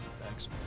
Thanks